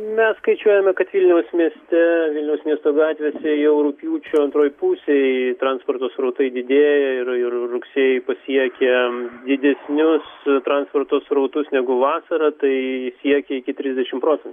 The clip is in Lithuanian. mes skaičiuojame kad vilniaus mieste vilniaus miesto gatvėse jau rugpjūčio antroj pusėj transporto srautai didėja ir ir rugsėjį pasiekia didesnius transporto srautus negu vasarą tai siekia iki trisdešimt procentų